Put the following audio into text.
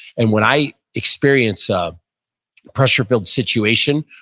and when i experience a pressure built situation,